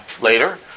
later